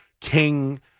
King